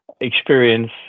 experience